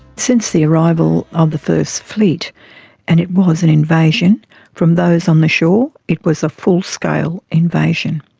since the arrival of the first fleet and it was an invasion from those on the shore it was a full scale invasion.